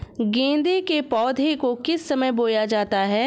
गेंदे के पौधे को किस समय बोया जाता है?